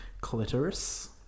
clitoris